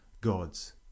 God's